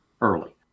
early